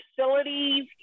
facilities